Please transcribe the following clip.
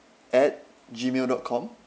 at gmail dot com